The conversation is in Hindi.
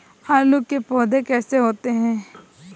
आलू के पौधे कैसे होते हैं?